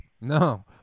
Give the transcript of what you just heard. No